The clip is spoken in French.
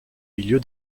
milieu